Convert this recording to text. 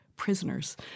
prisoners